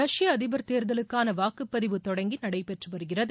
ரஷ்ய அதிபர் தேர்தலுக்கான வாக்குப்பதிவுதொடங்கி நடைபெற்று வருகிறது